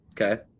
Okay